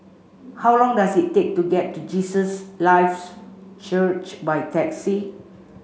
how long does it take to get to Jesus Lives Church by taxi